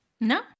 No